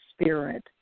spirit